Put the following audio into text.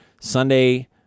Sunday